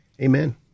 Amen